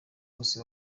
bose